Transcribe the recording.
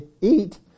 eat